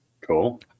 Cool